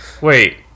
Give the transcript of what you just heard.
Wait